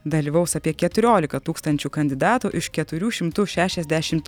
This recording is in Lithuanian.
dalyvaus apie keturiolika tūkstančių kandidatų iš keturių šimtų šešiasdešimt